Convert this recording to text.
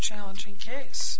challenging case